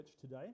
Today